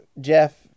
Jeff